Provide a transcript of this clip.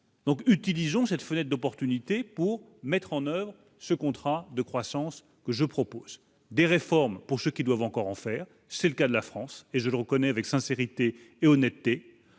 Donc utilisons cette fenêtre d'opportunité pour mettre en oeuvre ce contrat de croissance que je propose des réformes pour ceux qui doivent encore en faire, c'est le cas de la France et je le reconnais avec sincérité et honnêteté,